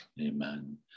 amen